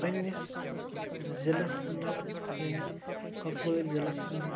پَننِس ضِلعَس انٛدر یعنی کُپوٲرۍ ضِلعَس انٛدر